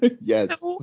Yes